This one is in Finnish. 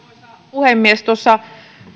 puhemies tuossa